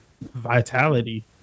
vitality